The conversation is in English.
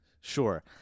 Sure